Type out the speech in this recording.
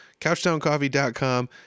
CouchTownCoffee.com